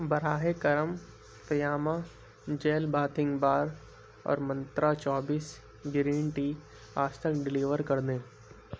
براہ کرم Fiama gel bathing bar اور منترا چوبیس گرین ٹی آج تک ڈیلیور کر دیں